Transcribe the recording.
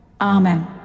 Amen